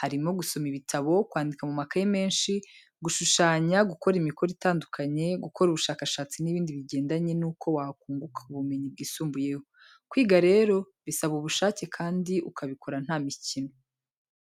harimo gusoma ibitabo, kwandika mu makaye menshi, gushushanya, gukora imikoro itandukanye, gukora ubushakashatsi n'ibindi bigendanye n'uko wakunguka ubumenyi bwisumbuyeho. Kwiga rero bisaba ubushake kandi ukabikora nta mikino.